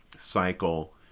cycle